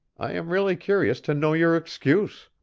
i am really curious to know your excuse.